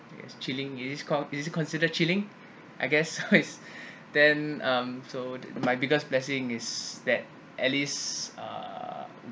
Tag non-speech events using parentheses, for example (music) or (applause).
yes chilling is called is it consider chilling I guess (laughs) is (breath) then um so my biggest blessing is that at least uh